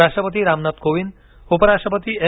राष्ट्रपती रामनाथ कोविन्द उप राष्ट्रपती एम